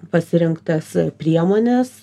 pasirinktas priemones